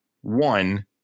one